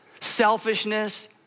selfishness